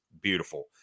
beautiful